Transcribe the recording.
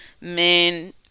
Men